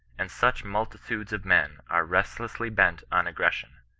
and such multitudes of men are restlessly bent on aggres sion,